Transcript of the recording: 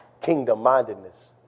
kingdom-mindedness